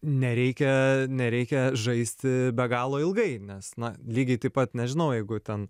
nereikia nereikia žaisti be galo ilgai nes na lygiai taip pat nežinau jeigu ten